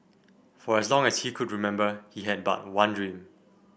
for as long as he could remember he had but one dream